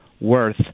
worth